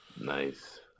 Nice